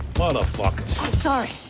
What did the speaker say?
motherfuckers. i'm sorry.